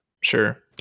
Sure